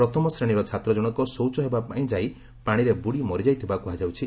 ପ୍ରଥମ ଶ୍ରେଶୀର ଛାତ୍ର ଜଣକ ଶୌଚ ହେବା ପାଇଁ ଯାଇ ପାଶିରେ ବୁଡ଼ି ମରିଯାଇଥିବା କୁହାଯାଉଛି